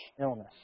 illness